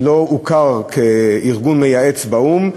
לא הוכר כארגון מייעץ באו"ם,